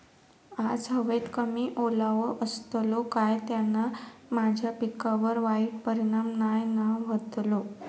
आज हवेत कमी ओलावो असतलो काय त्याना माझ्या पिकावर वाईट परिणाम नाय ना व्हतलो?